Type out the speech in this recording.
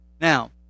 Now